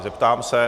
Zeptám se...